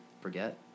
forget